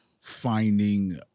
finding